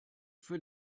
für